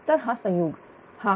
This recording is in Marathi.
तर हा संयुग हा 0